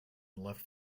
left